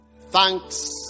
Thanks